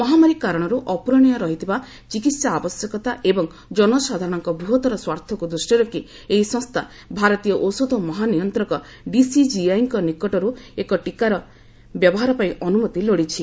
ମହାମାରୀ କାରଣରୁ ଅପୂରଣୀୟ ରହିଥିବା ଚିକିତ୍ସା ଆବଶ୍ୟକତା ଏବଂ ଜନସାଧାରଣଙ୍କ ବୃହତ୍ତର ସ୍ୱାର୍ଥକୁ ଦୃଷ୍ଟିରେ ରଖି ଏହି ସଂସ୍ଥା ଭାରତୀୟ ଔଷଧ ମହାନିୟନ୍ତକ ଡିସିଜିଆଇଙ୍କ ନିକଟର୍ ଏହି ଟୀକାର ବ୍ୟବହାର ପାଇଁ ଅନୁମତି ଲୋଡ଼ିଛି